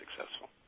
successful